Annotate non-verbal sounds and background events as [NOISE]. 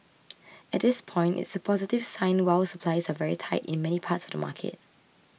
[NOISE] at this point it's a positive sign while supplies are very tight in many parts of the market